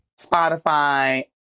Spotify